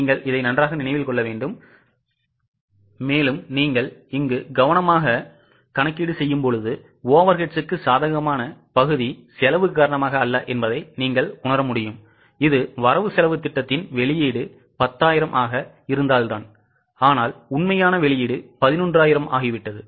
நீங்கள் கவனமாகக் கவனித்தால் overhead க்கு சாதகமான பகுதி செலவு காரணமாக அல்ல என்பதை நீங்கள் புரிந்துகொள்வீர்கள் இது வரவுசெலவுத் திட்டத்தின் வெளியீடு 10000 ஆக இருந்ததால்தான் ஆனால் உண்மையான வெளியீடு 11000 ஆகிவிட்டது